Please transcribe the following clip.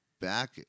back